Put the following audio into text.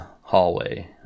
hallway